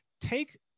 Take